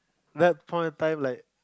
that point of time like